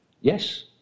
Yes